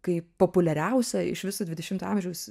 kaip populiariausia iš viso dvidešimto amžiaus